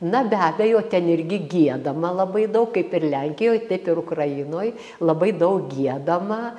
na be abejo ten irgi giedama labai daug kaip ir lenkijoj taip ir ukrainoj labai daug giedama